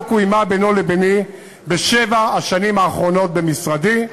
קוימה בינו לביני בשבע השנים האחרונות במשרדי.